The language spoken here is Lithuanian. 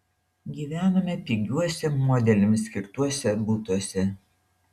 gyvenome pigiuose modeliams skirtuose butuose